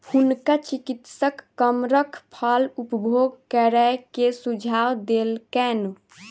हुनका चिकित्सक कमरख फल उपभोग करै के सुझाव देलकैन